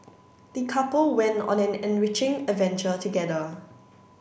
the couple went on an enriching adventure together